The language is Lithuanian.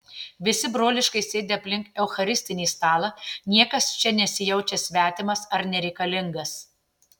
visi broliškai sėdi aplink eucharistinį stalą niekas čia nesijaučia svetimas ar nereikalingas